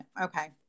Okay